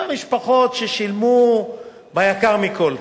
משפחות ששילמו ביקר מכול.